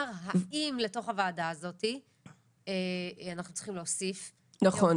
האם לתוך הוועדה הזאת אנחנו צריכים להוסיף עובדים סוציאליים,